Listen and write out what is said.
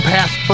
Past